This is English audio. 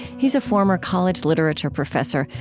he's a former college literature professor,